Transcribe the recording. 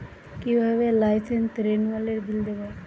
কিভাবে লাইসেন্স রেনুয়ালের বিল দেবো?